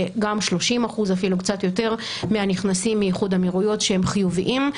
גם 30% ואפילו קצת יותר מהנכנסים מאיחוד האמירויות שהם חיוביים.